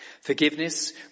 Forgiveness